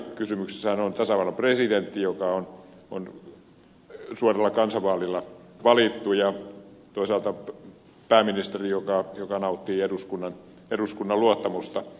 kysymyksessähän on tasavallan presidentti joka on suoralla kansanvaalilla valittu ja toisaalta pääministeri joka nauttii eduskunnan luottamusta